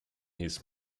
his